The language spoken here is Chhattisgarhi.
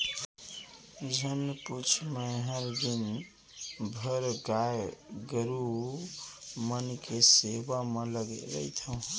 झन पूछ मैंहर दिन भर गाय गरू मन के सेवा म लगे रइथँव